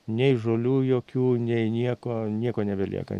nei žolių jokių nei nieko nieko nebelieka